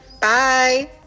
Bye